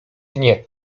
nie